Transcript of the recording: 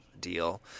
deal